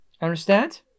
Understand